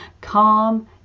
calm